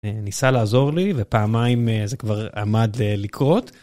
ניסה לעזור לי ופעמיים זה כבר עמד לקרות.